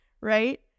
right